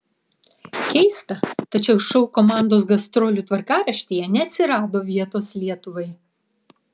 keista tačiau šou komandos gastrolių tvarkaraštyje neatsirado vietos lietuvai